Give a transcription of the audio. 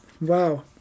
wow